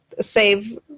save